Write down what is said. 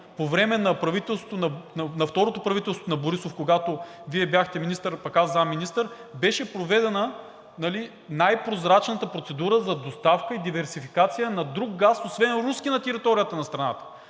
по време на второто правителство на Борисов, когато Вие бяхте министър, а пък аз заместник-министър, беше проведена най-прозрачната процедура за доставка и диверсификация на друг газ, освен руски, на територията на страната